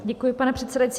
Děkuji, pane předsedající.